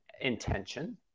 intention